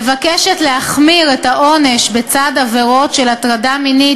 מבקשת להחמיר את העונש בצד עבירות של הטרדה מינית